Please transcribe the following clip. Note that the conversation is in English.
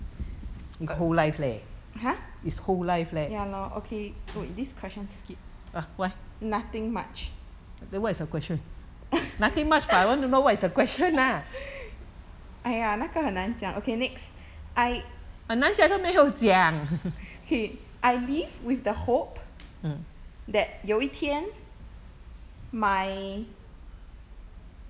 !huh! ya lor okay wait this question skip nothing much !aiya! 那个很难讲 okay next I okay I live with the hope that 有一天 my